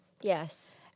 Yes